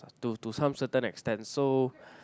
to to some certain extent so